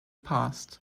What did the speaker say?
past